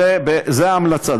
זו ההמלצה,